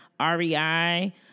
REI